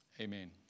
Amen